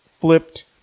flipped